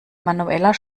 manueller